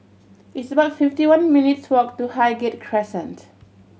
it's about fifty one minutes' walk to Highgate Crescent